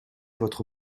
votre